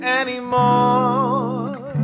anymore